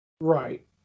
Right